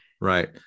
right